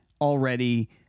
already